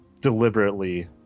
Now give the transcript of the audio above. deliberately